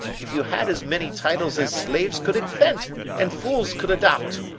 if you had as many titles as slaves could invent and fools could adopt.